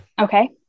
Okay